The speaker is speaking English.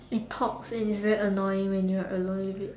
it talks and is very annoying when you're alone with it